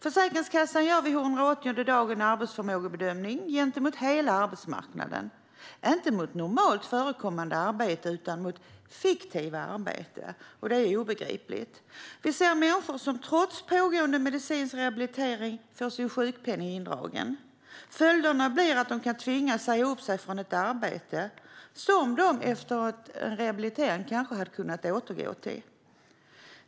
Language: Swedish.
Försäkringskassan gör vid 180:e dagen en arbetsförmågebedömning gentemot hela arbetsmarknaden, inte mot normalt förekommande arbete utan mot fiktiva arbeten. Det är obegripligt. Vi ser människor som trots pågående medicinsk rehabilitering får sin sjukpenning indragen. Följderna blir att de kan tvingas säga upp sig från ett arbete som de efter rehabilitering kanske hade kunnat återgå till.